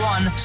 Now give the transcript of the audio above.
One